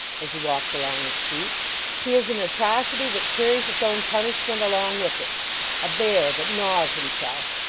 as he walked along the street he is an atrocity that carries its own punishment along with it a bear that gnaws himself.